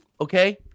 Okay